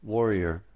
Warrior